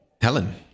Helen